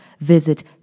visit